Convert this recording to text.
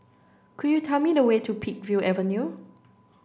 could you tell me the way to Peakville Avenue